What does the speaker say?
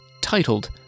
titled